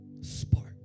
Spark